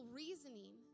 reasoning